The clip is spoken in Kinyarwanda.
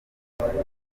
ngarambe